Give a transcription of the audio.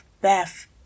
Beth